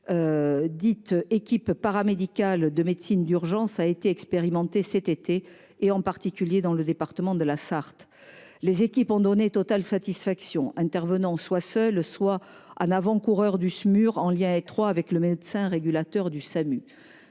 dite « équipe paramédicale de médecine d'urgence », a été expérimentée cet été, en particulier dans le département de la Sarthe. Les équipes ont donné totale satisfaction, intervenant soit seules, soit en avant-coureurs du Smur, en lien étroit avec le médecin régulateur du